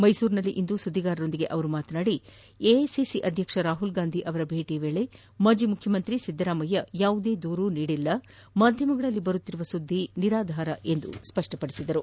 ಮೈಸೂರಿನಲ್ಲಿಂದು ಸುದ್ದಿಗಾರರೊಂದಿಗೆ ಮಾತನಾಡಿದ ಅವರು ಎಐಸಿಸಿ ಅಧ್ಯಕ್ಷ ರಾಹುಲ್ ಗಾಂಧಿಯವರ ಭೇಟಿ ವೇಳೆ ಮಾಜಿ ಮುಖ್ಯಮಂತ್ರಿ ಸಿದ್ದರಾಮಯ್ಯನವರು ಯಾವುದೇ ದೂರು ನೀಡಿಲ್ಲ ಮಾಧ್ಯಮಗಳಲ್ಲಿ ಬರುತ್ತಿರುವ ಸುದ್ದಿ ನಿರಾಧಾರ ಎಂದು ಅವರು ಸ್ಪಷ್ಟಪಡಿಸಿದರು